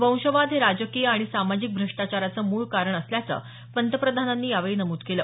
वंशवाद हे राजकीय आणि सामाजिक भ्रष्टाचाराचं मूळ कारण असल्याचं पंतप्रधानांनी यावेळी नमूद केलं